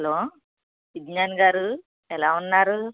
hello Vignan గారు ఎలా ఉన్నారు